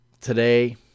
today